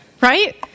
right